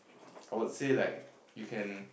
I would say like if can